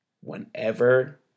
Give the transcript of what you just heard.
whenever